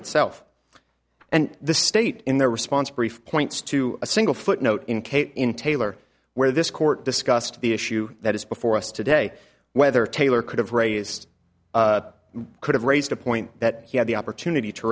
itself and the state in the response brief points to a single footnote in kate in taylor where this court discussed the issue that is before us today whether taylor could have raised could have raised a point that he had the opportunity to